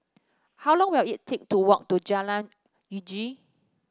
how long will it take to walk to Jalan Uji